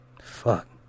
Fuck